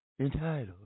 entitled